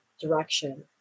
direction